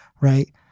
Right